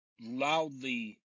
loudly